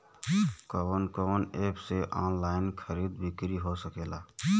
कवन कवन एप से ऑनलाइन खरीद बिक्री हो सकेला?